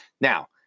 Now